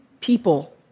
people